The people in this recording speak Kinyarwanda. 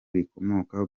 rikomoka